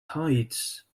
hides